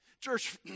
Church